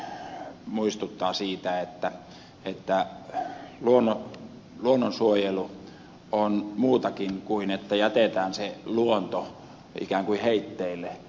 haluaisin nyt muistuttaa siitä että luonnonsuojelu on muutakin kuin sitä että jätetään se luonto ikään kuin heitteille